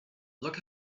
look